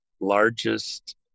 largest